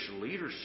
leadership